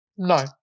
No